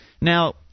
Now